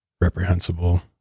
reprehensible